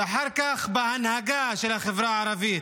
ואחר כך בהנהגה של החברה הערבית.